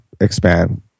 expand